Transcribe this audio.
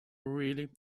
really